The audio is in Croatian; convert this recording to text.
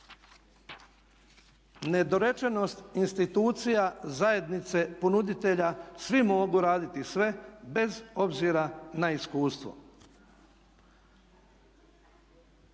Nedorečenost institucija zajednice ponuditelja svi mogu raditi sve bez obzira na iskustvo.